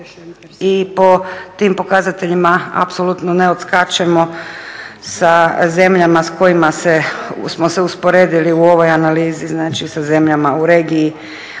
i po tim pokazateljima apsolutno ne odskačemo sa zemljama s kojima smo se usporedili u ovoj analizi, znači sa zemljama u regiji,